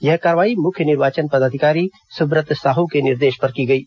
यह कार्रवाई मुख्य निर्वाचन पदाधिकारी सुब्रत साहू के निर्देश पर की गई है